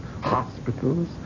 hospitals